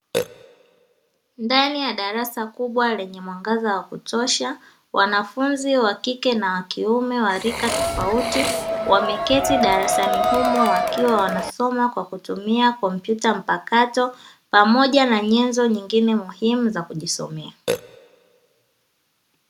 Ndani ya darasa kubwa lenye mwangaza wa kutosha wanafunzi wa kike na wa kiume wa rika tofauti wameketi darasani humo wakiwa wanasoma kwa kutumia kompyuta mpakato, pamoja na nyenzo nyigine muhimu za kujisomea.